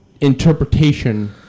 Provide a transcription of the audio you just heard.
interpretation